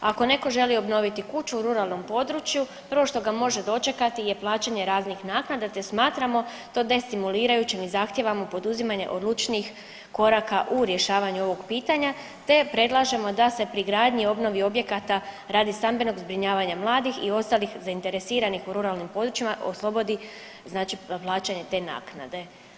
Ako netko želi obnoviti kuću u ruralnom području, prvo što ga može dočekati je plaćanje raznih naknada te smatramo to destimulirajućim i zahtijevamo poduzimanje odlučnijih koraka u rješavanju ovog pitanja te predlažemo da se pri gradnji i obnovi objekata radi stambenog zbrinjavanja mladih i ostalih zainteresiranih u ruralnim područjima oslobodi znači plaćanje te naknade.